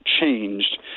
changed